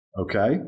Okay